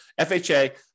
FHA